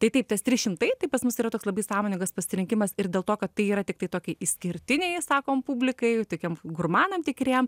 tai taip tas tris šimtai tai pas mus yra toks labai sąmoningas pasirinkimas ir dėl to kad tai yra tiktai tokiai išskirtinei sakom publikai tokiem gurmanam tikriem